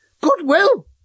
Goodwill